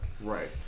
Right